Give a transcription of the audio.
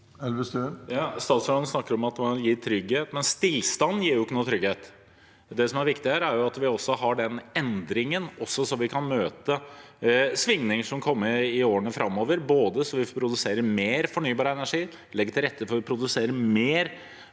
Statsråden snakker om at man må gi trygghet, men stillstand gir jo ikke noe trygghet. Det som er viktig her, er at vi også har den endringen, så vi kan møte svingninger som kan komme i årene framover, både ved at vi produserer mer fornybar energi og legger til rette for å produsere mer fornybar energi,